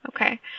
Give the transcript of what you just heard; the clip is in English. Okay